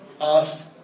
ask